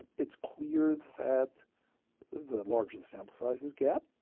it's clear that the larger the sample sizes get,